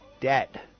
debt